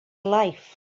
life